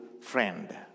friend